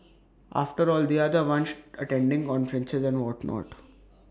after all they are the ones attending conferences and whatnot